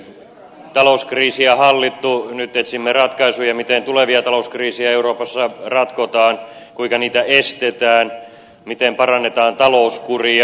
talouskriisiä hallittu nyt etsimme ratkaisuja miten tulevia talouskriisejä euroopassa ratkotaan kuinka niitä estetään miten parannetaan talouskuria